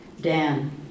Dan